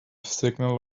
signal